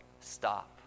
stop